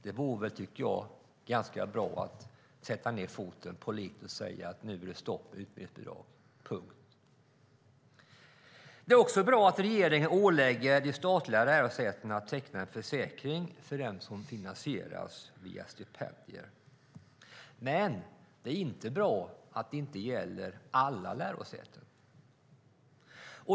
Det vore bra att sätta ned foten politiskt och säga: Nu är det stopp med utbildningsbidrag, punkt. Det är också bra att regeringen ålägger de statliga lärosätena att teckna en försäkring för dem som finansieras via stipendier. Men det är inte bra att det inte gäller alla lärosäten.